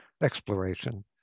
exploration